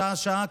שעה-שעה,